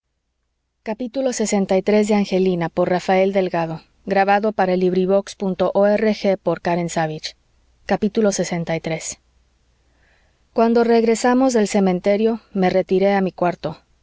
lxiii cuando regresamos del cementerio me retiré a mi cuarto